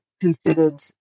considered